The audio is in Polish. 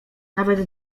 nawet